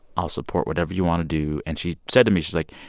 i'll support whatever you want to do. and she said to me she's like,